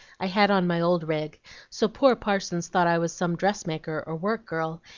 i had on my old rig so poor parsons thought i was some dressmaker or work-girl,